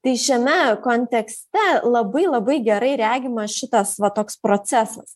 tai šiame kontekste labai labai gerai regimas šitas va toks procesas